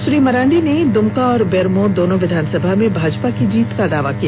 श्री मरांडी ने दुमका और बेरमो दोनों विधानसभा में भाजपा की जीत का दावा किया